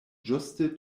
ĝuste